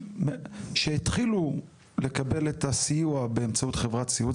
שהתחילו לקבל את הסיוע באמצעות חברת סיעוד.